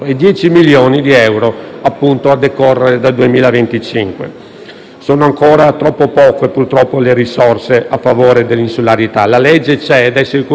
euro a decorrere dal 2025. Sono ancora troppo poche purtroppo le risorse a favore dell'insularità. Il provvedimento c'è ed è sicuramente un passo in avanti,